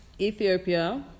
Ethiopia